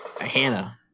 Hannah